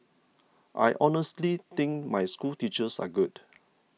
I honestly think my schoolteachers are good